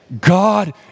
God